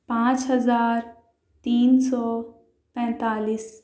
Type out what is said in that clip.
پانچ ہزار تین سو پینتالیس